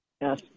Yes